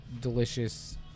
delicious